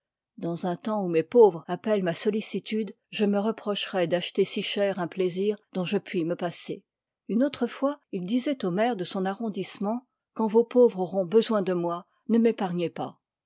dans un temps où mes pauvres appellent ma sollicitude je me reprocherois d'acheter si cher un plaisir dont je puis me passer j une autre fois il disoit au maire de son arrondissement quand vos pauvres auront besoin de moi ne m'épargnez pas